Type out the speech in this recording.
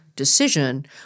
Decision